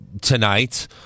tonight